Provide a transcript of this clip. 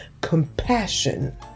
compassion